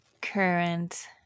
current